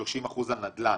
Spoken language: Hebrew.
ו-30% על נדל"ן?